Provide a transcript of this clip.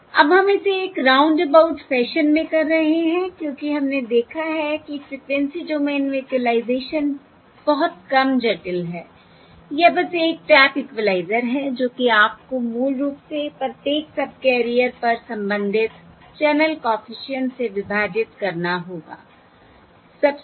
अब हम इसे एक राउंडअबाउट फैशन में कर रहे हैं क्योंकि हमने देखा है कि फ़्रीक्वेंसी डोमेन में इक्विलाइज़ेशन बहुत कम जटिल है यह बस 1 टैप इक्विलाइज़र है जो कि आपको मूल रूप से प्रत्येक सबकैरियर पर संबंधित चैनल कॉफिशिएंट्स से विभाजित करना होगा सभी सही